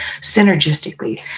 synergistically